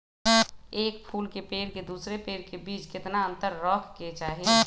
एक फुल के पेड़ के दूसरे पेड़ के बीज केतना अंतर रखके चाहि?